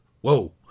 whoa